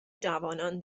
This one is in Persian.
جوانان